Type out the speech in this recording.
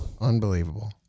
Unbelievable